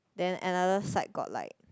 then another side got like